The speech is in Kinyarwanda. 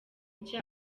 nshya